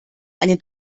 eine